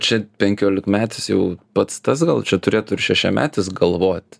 čia penkiolikmetis jau pats tas gal čia turėtų ir šešiametis galvot